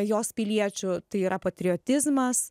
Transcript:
jos piliečių tai yra patriotizmas